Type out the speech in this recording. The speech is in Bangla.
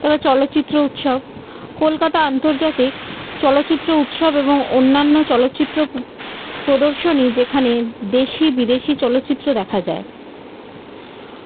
এবার চলচ্চিত্র উৎসব কলকাতা আন্তর্জাতিক চলচ্চিত্র উৎসব এবং অন্যান্য চলচ্চিত্র পো প্রদর্শনী যেখানে দেশি বিদেশি চলচ্চিত্র দেখা যায়